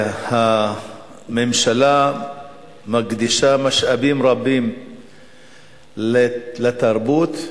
והממשלה היתה מקדישה משאבים רבים לתרבות,